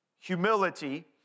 humility